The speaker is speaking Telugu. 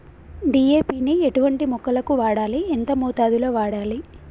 డీ.ఏ.పి ని ఎటువంటి మొక్కలకు వాడాలి? ఎంత మోతాదులో వాడాలి?